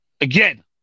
Again